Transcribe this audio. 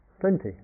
plenty